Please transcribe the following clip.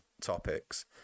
topics